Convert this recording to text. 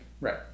Right